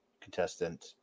contestant